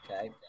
Okay